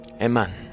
Amen